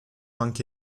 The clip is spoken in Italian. anche